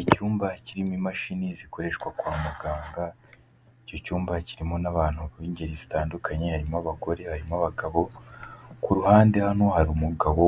Icyumba kirimo imashini zikoreshwa kwa muganga, icyo cyumba kirimo n'abantu b'ingeri zitandukanye, harimo abagore, harimo abagabo, ku ruhande hano hari umugabo